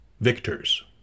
victors